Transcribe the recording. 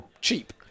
cheap